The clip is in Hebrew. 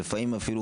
שלפעמים אפילו